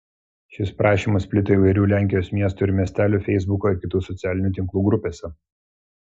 šis prašymas plito įvairių lenkijos miestų ir miestelių feisbuko ir kitų socialinių tinklų grupėse